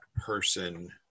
person